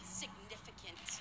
significant